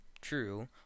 true